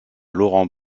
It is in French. laurent